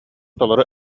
толору